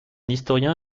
historien